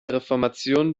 reformation